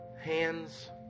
Hands